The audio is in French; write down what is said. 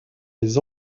les